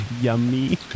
yummy